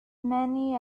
many